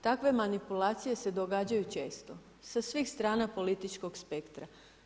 Takve manipulacije se događaju često sa svih strana političkog spektra.